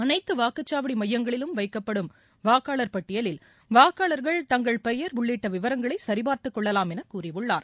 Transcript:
அனைத்து வாக்குச்சாவடி மையங்களிலும் வைக்கப்படும் வாக்காளர் பட்டியலில் வாக்காளர்கள் தங்கள் பெயர் உள்ளிட்ட விவரங்களை சரிபார்த்து கொள்ளலாம் என கூறியுள்ளார்